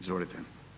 Izvolite.